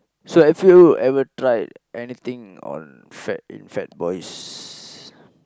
so have you ever tried anything on fat in Fat-Boys